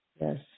yes